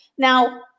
Now